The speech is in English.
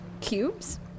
Cubes